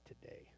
today